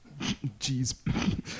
Jeez